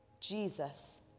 Jesus